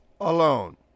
alone